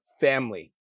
family